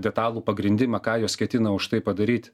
detalų pagrindimą ką jos ketina už tai padaryt